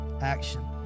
Action